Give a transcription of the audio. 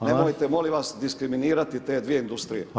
Nemojte molim vas diskriminirati te dvije industrije.